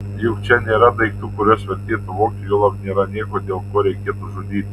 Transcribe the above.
juk čia nėra daiktų kuriuos vertėtų vogti juolab nėra nieko dėl ko reikėtų žudyti